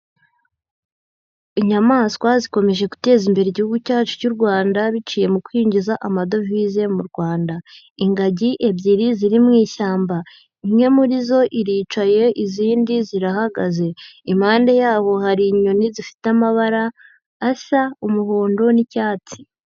Inyamaswa zikomeje guteza imbere Igihugu cyacu cy'u Rwanda biciye mu kwinjiza amadovize mu Rwanda, ingagi ebyiri ziri mu ishyamba, imwe muri zo iricaye izindi zirahagaze, impande yaho hari inyoni zifite amabara asa umuhondo n'icyatsi.